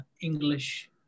English